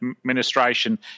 administration